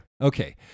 Okay